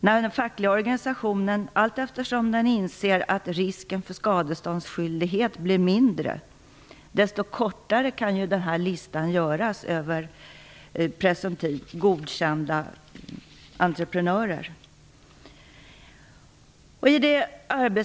När den fackliga organisationen allteftersom inser att risken för skadeståndsskyldighet blir mindre, kan den göra listan över presumtivt godkända entreprenörer desto kortare.